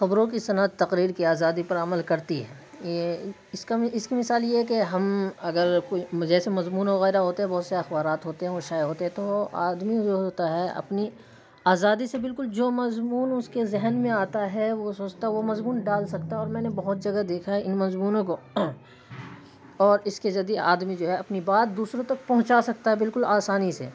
خبروں کی صنعت تقریر کی آزادی پر عمل کرتی ہے یہ اس کا اس کی مثال یہ ہے کہ ہم اگر کوئی جیسے مضمون وغیرہ ہو تو بہت سے اخبارات ہوتے ہیں وہ شائع ہوتے ہیں تو آدمی جو ہوتا ہے اپنی آزادی سے بالکل جو مضمون اس کے ذہن میں آتا ہے وہ سوچتا ہے وہ مضمون ڈال سکتا ہے اور میں نے بہت جگہ دیکھا ہے ان مضمونوں کو اور اس کے ذدیعہ آدمی جو ہے اپنی بات دوسروں تک پہنچا سکتا ہے بالکل آسانی سے